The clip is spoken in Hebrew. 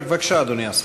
בבקשה, אדוני השר.